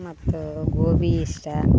ಮತ್ತು ಗೋಬಿ ಇಷ್ಟ